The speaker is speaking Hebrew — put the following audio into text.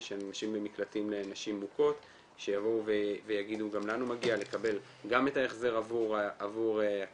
במקלטים לנשים מוכות שיבואו ויגידו גם לנו מגיע לקבל גם את ההחזר עבור הכסף